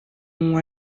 unywa